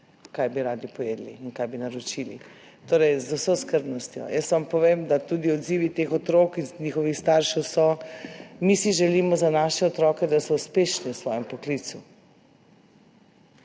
kaj bi radi pojedli in kaj bi naročili. Torej z vso skrbnostjo. Vam povem, da so tudi odzivi teh otrok in njihovih staršev: mi si želimo za svoje otroke, da so uspešni v svojem poklicu,